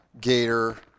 gator